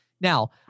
Now